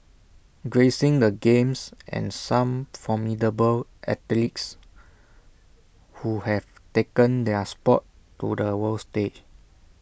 gracing the games are some formidable athletes who have taken their Sport to the world stage